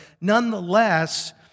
nonetheless